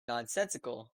nonsensical